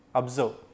observe